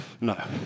No